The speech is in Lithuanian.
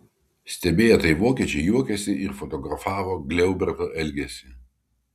stebėję tai vokiečiai juokėsi ir fotografavo gliauberto elgesį